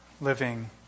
living